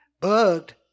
bugged